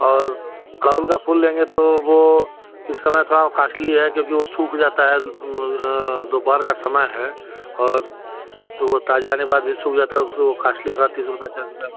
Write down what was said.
और कमल का फूल लेंगे तो वो इस समय थोड़ा कास्ट्ली है क्योंकि वह सूख जाता है दोपहर का समय है और तो वह ताज़ा आने के बाद भी सूख जाता है उसको कास्ट्ली का तीस रुपये चार्ज दर